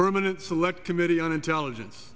permanent select committee on intelligence